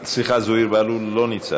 סליחה, זוהיר בהלול, אינו נוכח,